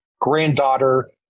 granddaughter